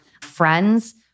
friends